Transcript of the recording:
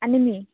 आणि मी